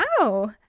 Wow